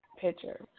picture